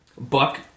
Buck